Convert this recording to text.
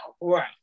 Right